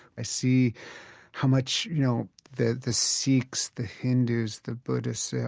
i see how much, you know, the the sikhs, the hindus, the buddhists say,